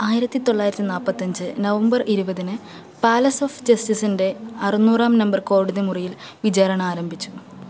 ആയിരത്തി തൊള്ളായിരത്തി നാൽപ്പത്തി അഞ്ച് നവംബർ ഇരുപതിന് പാലസ് ഓഫ് ജസ്റ്റിസിന്റെ അറുനൂറാം നമ്പർ കോടതിമുറിയിൽ വിചാരണ ആരംഭിച്ചു